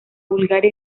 bulgaria